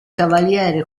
cavaliere